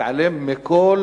להתעלם מכל